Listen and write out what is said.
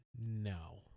no